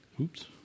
Oops